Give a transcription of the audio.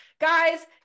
Guys